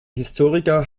historiker